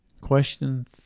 question